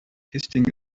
testing